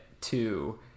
Two